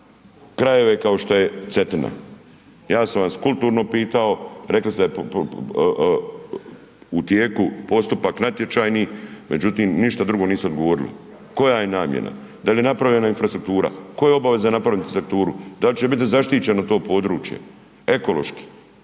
krajeve kao što je Cetina. Ja sam vas kulturno pitao, rekli ste da je u tijeku postupak natječajni međutim ništa drugo niste odgovorili. Koja je namjena? Da li je napravljena infrastruktura, tko je obavezan napravi infrastrukturu, da li će biti zaštićeno to područje, ekološki?